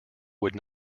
would